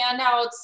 standouts